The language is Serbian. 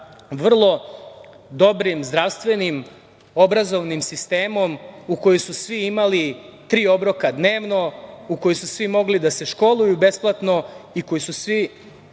vrlo dobrim zdravstvenim, obrazovnim sistemom u kojem su svi imali tri obroka dnevno, u kojem su svi mogli da se školuju besplatno i u kojem su svi